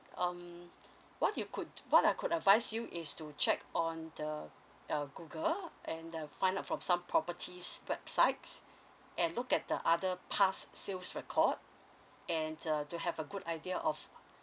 um what you could what I could advise you is to check on the uh google and uh find out from some properties websites and look at the other past sales record and uh to have a good idea of